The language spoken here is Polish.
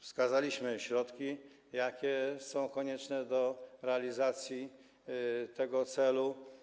Wskazaliśmy środki, jakie są konieczne do realizacji tego celu.